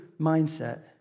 mindset